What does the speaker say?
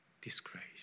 disgrace